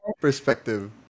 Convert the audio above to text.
Perspective